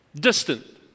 distant